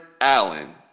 Allen